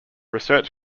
research